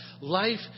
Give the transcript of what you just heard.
life